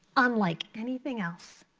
unlike anything else.